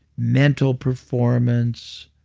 mental performance,